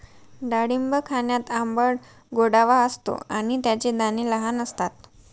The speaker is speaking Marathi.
डाळिंब खाण्यात आंबट गोडवा असतो आणि त्याचे दाणे लहान असतात